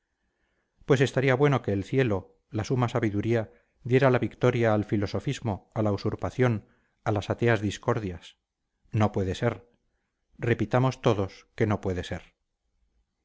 pues estaría bueno que el cielo la suma sabiduría diera la victoria al filosofismo a la usurpación a las ateas discordias no puede ser repitamos todos que no puede ser